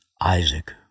Isaac